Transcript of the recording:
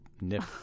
nip